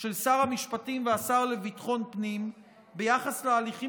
של שר המשפטים והשר לביטחון פנים ביחס להליכים